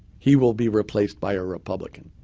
he will be replaced by a republican.